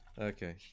okay